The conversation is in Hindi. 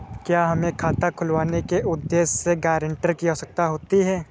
क्या हमें खाता खुलवाने के उद्देश्य से गैरेंटर की आवश्यकता होती है?